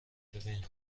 ببین